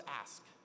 ask